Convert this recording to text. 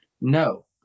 no